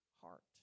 heart